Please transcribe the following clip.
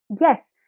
Yes